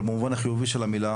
אבל במובן החיובי של המילה,